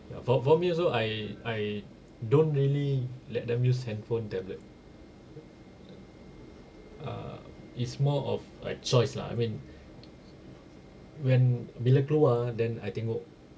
for for me also I I don't really let them use handphone tablet err is more of like choice lah I mean when bila keluar then I tengok